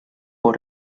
con